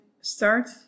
start